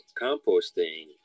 composting